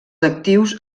actius